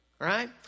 right